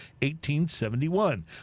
1871